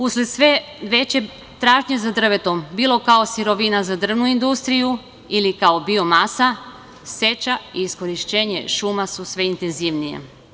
Usled sve veće tražnje za drvetom, bilo kao sirovina za drvnu industriju ili kao biomasa, seča i iskorišćenje šuma su sve intenzivnije.